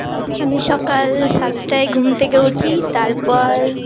আমি সকাল সাতটায় ঘুম থেকে উঠি তারপর